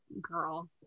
girl